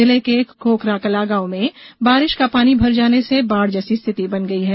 जिले के खोकराकला गांव में बारिश का पानी भर जाने से बाढ़ जैसी स्थिति बन गई है